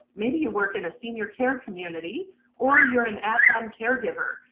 maybe you work in a senior care community or you're an at-home caregiver,